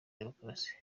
demokarasi